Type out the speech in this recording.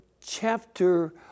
chapter